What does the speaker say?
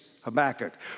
Habakkuk